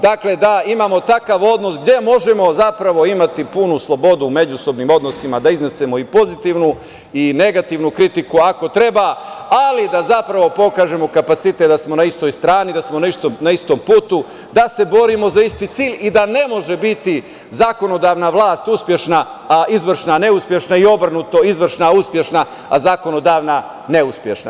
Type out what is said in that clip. Dakle, da imamo takav odnos gde možemo zapravo imati punu slobodu u međusobnim odnosima, da iznesemo i pozitivnu i negativnu kritiku ako treba, ali da zapravo pokažemo kapacitet da smo na istoj strani, da smo na istom putu, da se borimo za isti cilj i da ne može biti zakonodavna vlast uspešna a izvršna neuspešna i obrnuto – izvršna uspešna a zakonodavna neuspešna.